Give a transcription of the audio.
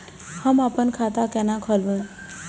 हम आपन खाता केना खोलेबे?